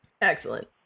Excellent